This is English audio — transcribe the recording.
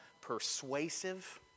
persuasive